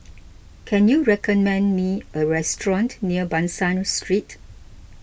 can you recommend me a restaurant near Ban San Street